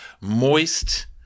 moist